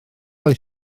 oedd